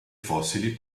fossili